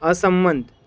અસંમત